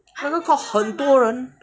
那个 court 很多人